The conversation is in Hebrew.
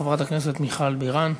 חברת הכנסת מיכל בירן.